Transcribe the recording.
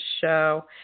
show